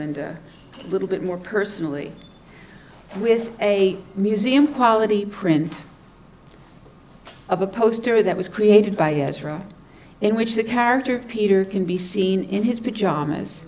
there little bit more personally with a museum quality print of a poster that was created by israel in which the character of peter can be seen in his pajamas